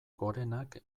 gorenak